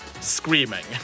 screaming